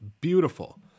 beautiful